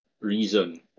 reason